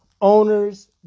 owners